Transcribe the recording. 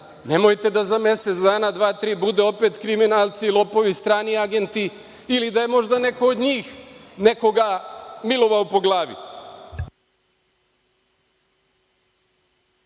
Nemojte da za mesec dana, dve, tri bude opet kriminalci, lopovi i strani agenti, ili da je možda neko od njih nekoga milovao po glavi.